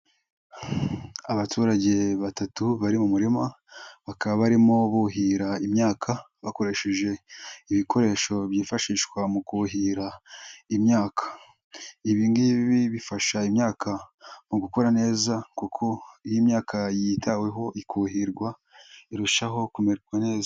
Abaturage batatu bari mu murima bakaba barimo buhira imyaka bakoresheje ibikoresho byifashishwa mu kuhira imyaka, ibi ngibi bifasha imyaka mu gukura neza kuko iyo imyaka yitaweho ikuhirwa irushaho kumererwa neza.